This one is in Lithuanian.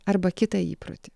arba kitą įprotį